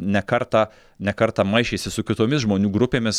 ne kartą ne kartą maišėsi su kitomis žmonių grupėmis